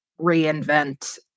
reinvent